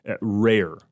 rare